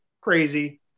crazy